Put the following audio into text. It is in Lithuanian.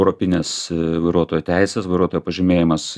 europinės vairuotojo teises vairuotojo pažymėjimas